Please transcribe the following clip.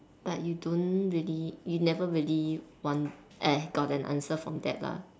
but you don't really you never really want eh got an answer from that lah